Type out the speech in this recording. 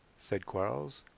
said quarles.